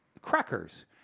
crackers